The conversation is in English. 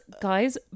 guys